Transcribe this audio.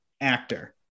actor